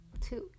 two